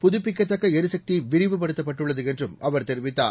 புதுப்பிக்கத்தக்கஎரிசக் திவிரிவுபடுத்தப்பட்டுள்ளதுஎன்றுஅவர்தெரிவித்தார்